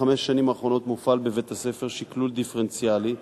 בחמש השנים האחרונות מופעל בבית-הספר שקלול דיפרנציאלי,